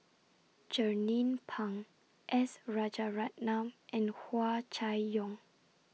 Jernnine Pang S Rajaratnam and Hua Chai Yong